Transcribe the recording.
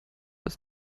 ist